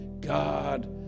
God